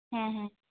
ᱦᱮᱸ ᱦᱮᱸ